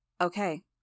Okay